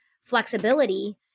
flexibility